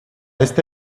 esta